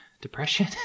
depression